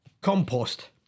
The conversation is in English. compost